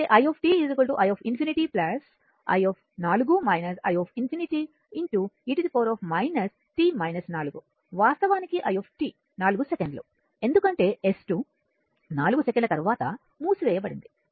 కాబట్టి i i∞ i i ∞ e వాస్తవానికి i 4 సెకన్లు ఎందుకంటే S2 4 సెకన్ల తర్వాత మూసివేయబడింది